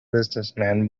businessman